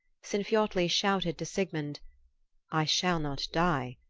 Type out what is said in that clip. sinfiotli shouted to sigmund i shall not die,